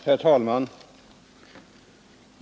Herr talman!